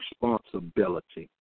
responsibility